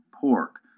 pork